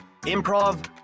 Improv